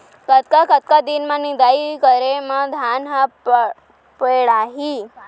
कतका कतका दिन म निदाई करे म धान ह पेड़ाही?